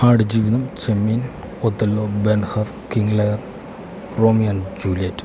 Aadujeevitham Chemmeen Othello Ben Hur King Lear Romeo and Juliet